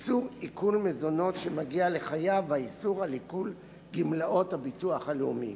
איסור עיקול מזונות שמגיע לחייב ואיסור עיקול גמלאות הביטוח הלאומי.